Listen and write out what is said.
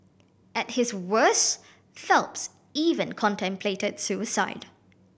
at his worst Phelps even contemplated suicide